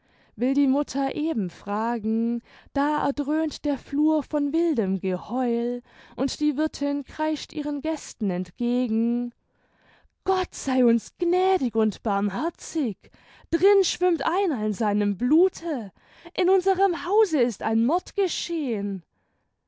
will die mutter eben fragen da erdröhnt der flur von wildem geheul und die wirthin kreischt ihren gästen entgegen gott sei uns gnädig und barmherzig drin schwimmt einer in seinem blute in unserem hause ist ein mord geschehen